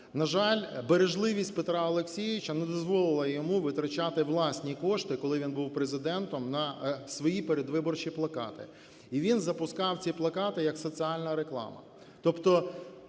На жаль, бережливість Петра Олексійовича не дозволила йому витрачати власні кошти, коли він був Президентом, на свої передвиборчі плакати, і він запускав ці плакати як соціальна реклама.